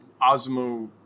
Osmo